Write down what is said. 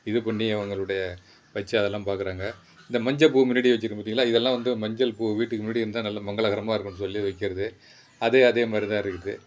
இது பண்ணி அவங்களுடைய வச்சு அதெல்லாம் பார்க்குறாங்க இந்த மஞ்சள்ப்பூ முன்னாடி வச்சுருப்போம் பார்த்தீங்களா இதெல்லாம் வந்து மஞ்சள் பூ வீட்டுக்கு முன்னாடி இருந்தால் நல்லா மங்களகரமாக இருக்கும்ன்னு சொல்லி வைக்கிறது அது அதேமாதிரிதான் இருக்குது